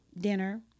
dinner